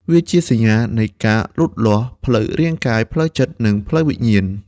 វាជាសញ្ញានៃការលូតលាស់ផ្លូវរាងកាយ ផ្លូវចិត្ត និងផ្លូវវិញ្ញាណ។